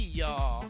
y'all